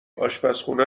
آشپرخونه